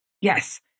yes